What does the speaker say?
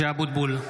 (קורא בשמות חברי הכנסת) משה אבוטבול,